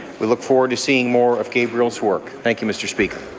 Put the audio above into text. we look forward to seeing more of gabriel's work. thank you. mr. speaker